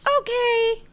okay